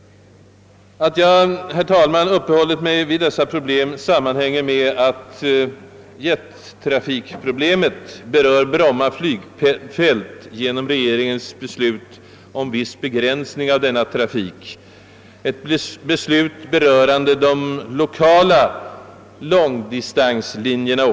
Att jag, herr talman, uppehåller mig här vid dessa problem sammanhänger med att jettrafikproblemet berör Bromma flygfält genom regeringens beslut om viss begränsning av denna trafik, ett beslut berörande också de lokala långdistanslinjerna.